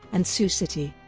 and sioux city.